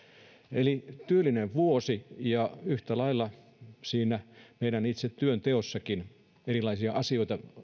eli työntäyteinen vuosi ja yhtä lailla itse siinä meidän työnteossakin erilaisia asioita